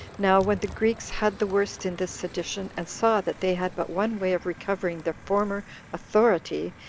now when the greeks had the worst in this sedition, and saw that they had but one way of recovering their former authority,